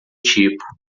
tipo